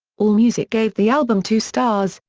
allmusic gave the album two stars,